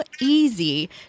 easy